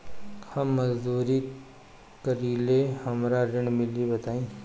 हम मजदूरी करीले हमरा ऋण मिली बताई?